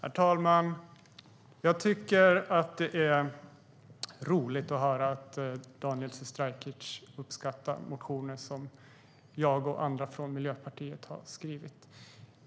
STYLEREF Kantrubrik \* MERGEFORMAT InkomstskattHerr talman! Jag tycker att det är roligt att höra att Daniel Sestrajcic uppskattar motioner som jag och andra från Miljöpartiet har skrivit.